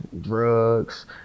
drugs